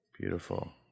Beautiful